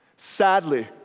Sadly